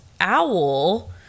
owl